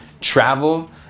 travel